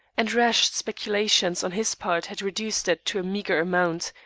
and rash speculations on his part had reduced it to a meagre amount,